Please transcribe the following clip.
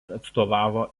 atstovavo